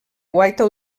guaita